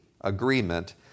agreement